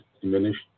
diminished